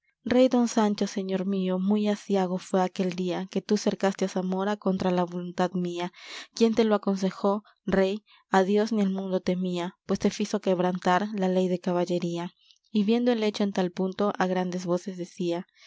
rey don sancho señor mío muy aciago fué aquel día que tú cercaste á zamora contra la voluntad mía quien te lo aconsejó rey á dios ni al mundo temía pues te fizo quebrantar la ley de caballería y viendo el hecho en tal punto á grandes voces decía